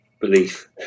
belief